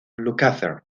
lukather